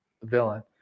villain